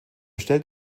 stellt